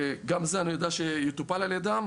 גם זה אני יודע שיטופל על ידם.